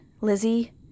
Lizzie